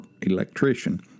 electrician